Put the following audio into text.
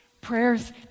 prayers